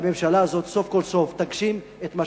והממשלה הזאת סוף כל סוף תגשים את מה